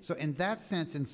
so in that sense in